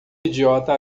idiota